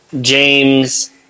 James